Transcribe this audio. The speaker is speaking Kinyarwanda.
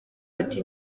ati